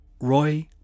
Roy